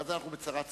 אז אנחנו בצרה צרורה.